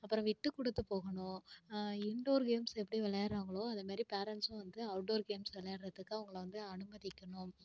அப்புறம் விட்டுக்குடுத்து போகணும் இண்டோர் கேம்ஸ் எப்படி விளையாடுறாங்களோ அதை மாரி பேரண்ட்ஸும் வந்து அவுட்டோர் கேம்ஸ் விளையாடுறதுக்கு அவங்கள வந்து அனுமதிக்கணும்